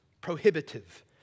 prohibitive